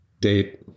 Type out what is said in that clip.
date